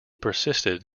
persisted